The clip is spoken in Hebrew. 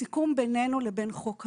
הסיכום בינינו לבין חוק הנוער,